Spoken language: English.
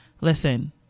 Listen